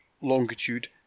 longitude